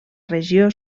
regió